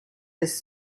his